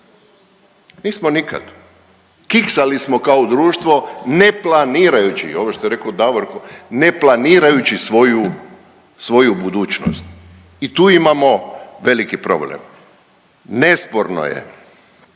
nismo nikad. Kiksali smo kao društvo, ne planirajući, ovo što je rekao Davorko neplanirajući svoju, svoju budućnost i tu imamo veliki problem. Nesporno je,